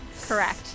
correct